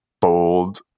bold